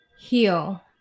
heal